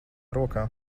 rokā